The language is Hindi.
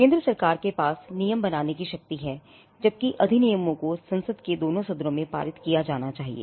केंद्र सरकार के पास नियम बनाने की शक्ति है जबकि अधिनियमों को संसद के दोनों सदनों में पारित किया जाना चाहिए